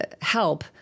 help